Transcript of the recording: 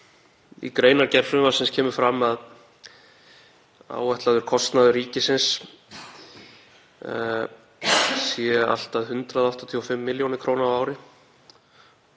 Í greinargerð frumvarpsins kemur fram að áætlaður kostnaður ríkisins sé allt að 185 millj. kr. á ári